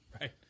Right